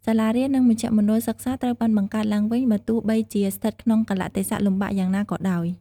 សាលារៀននិងមជ្ឈមណ្ឌលសិក្សាត្រូវបានបង្កើតឡើងវិញ បើទោះបីជាស្ថិតក្នុងកាលៈទេសៈលំបាកយ៉ាងណាក៏ដោយ។